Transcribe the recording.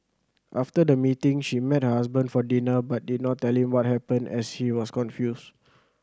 after the meeting she met her husband for dinner but did not tell him what happened as she was confused